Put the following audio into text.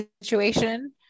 situation